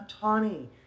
Tawny